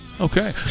Okay